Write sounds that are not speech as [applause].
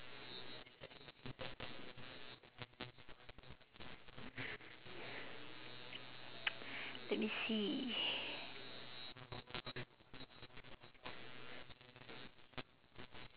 [noise] let me see